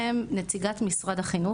נציגת משרד החינוך,